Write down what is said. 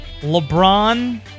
LeBron